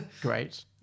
great